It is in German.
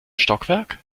stockwerk